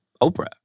Oprah